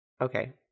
okay